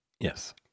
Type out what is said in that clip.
Yes